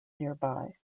nearby